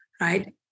right